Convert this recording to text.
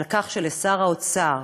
על כך ששר האוצר,